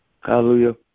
Hallelujah